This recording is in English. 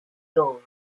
goal